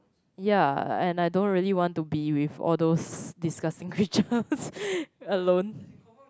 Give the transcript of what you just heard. ya and I don't really want to be with all those disgusting creatures alone